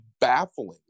baffling